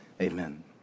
amen